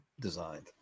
designed